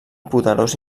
poderós